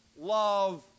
Love